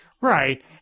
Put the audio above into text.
Right